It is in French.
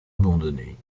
abandonné